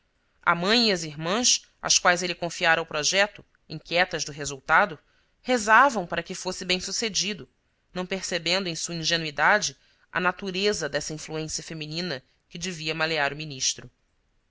a mãe e as irmãs às quais ele confiara o projeto inquietas do resultado rezavam para que fosse bem sucedido não percebendo em sua ingenuidade a natureza dessa influência feminina que devia malear o ministro